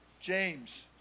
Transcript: James